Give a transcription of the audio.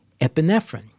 epinephrine